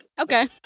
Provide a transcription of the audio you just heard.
okay